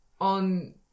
on